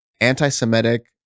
anti-Semitic